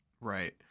Right